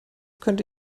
könnte